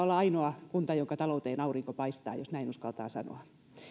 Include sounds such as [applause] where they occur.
[unintelligible] olla ainoa kunta jonka talouteen aurinko paistaa jos näin uskaltaa sanoa